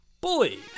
Bully